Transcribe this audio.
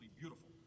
beautiful